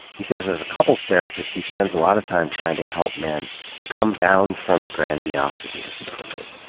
he says, as a couples therapist, he spends a lot of time trying to help men come down from grandiosity, as he puts it.